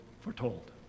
foretold